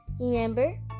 Remember